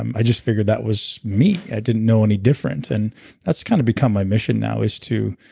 um i just figured that was me. i didn't know any different. and that's kind of become my mission now is to,